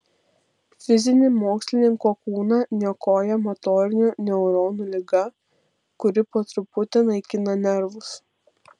fizinį mokslininko kūną niokoja motorinių neuronų liga kuri po truputį naikina nervus